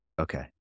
Okay